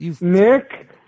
Nick